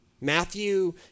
Matthew